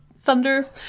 Thunder